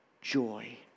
joy